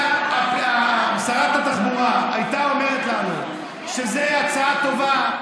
שרת התחבורה הייתה אומרת לנו שזאת הצעה טובה,